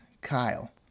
Kyle